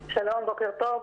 שלום, בוקר טוב.